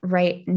right